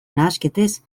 nahasketez